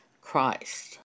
Christ